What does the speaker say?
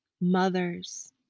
mothers